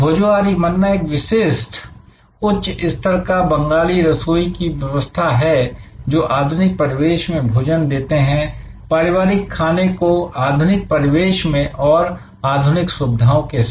भोजोहोरी मन्ना एक विशिष्ट उच्च स्तर का बंगाली रसोई की व्यवस्था है जो आधुनिक परिवेश में भोजन देते हैं पारंपरिक खाने को आधुनिक परिवेश में और आधुनिक सुविधाओं के साथ